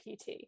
PT